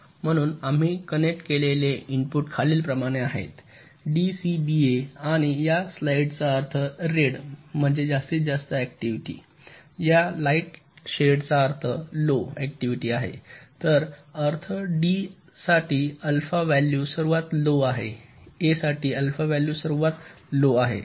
म्हणून आम्ही कनेक्ट केलेले इनपुट खालीलप्रमाणे आहेत डी सी बी ए आणि या स्लाइडचा अर्थ रेड म्हणजे जास्तीत जास्त ऍक्टिव्हिटी या लाइट शेड चा अर्थ लो ऍक्टिव्हिटी आहे ज्याचा अर्थ डी साठी अल्फा व्हॅल्यू सर्वात लो आहे a साठी अल्फा व्हॅल्यू सर्वात लो आहे